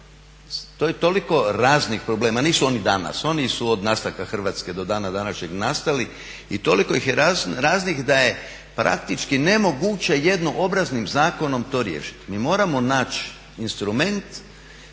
To je toliko raznih problema, nisu oni danas, oni su od nastanka Hrvatske do dana današnjeg nastali i toliko ih je raznih da je praktički nemoguće jednoobraznim zakonom to riješiti. Mi moramo naći instrument